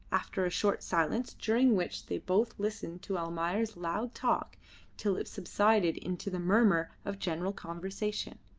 after a short silence during which they both listened to almayer's loud talk till it subsided into the murmur of general conversation.